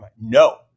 No